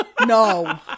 No